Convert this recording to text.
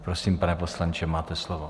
Prosím, pane poslanče, máte slovo.